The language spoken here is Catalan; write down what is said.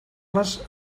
les